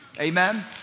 Amen